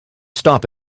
stop